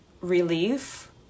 relief